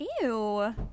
ew